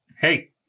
Hey